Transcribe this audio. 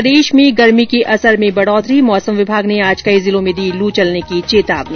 प्रदेश में गर्मी के असर में बढ़ोतरी मौसम विभाग ने आज कई जिलों में दी लू चलने की चेतावनी